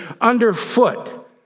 underfoot